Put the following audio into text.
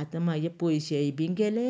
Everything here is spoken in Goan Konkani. आता म्हाजे पयशेय बी गेले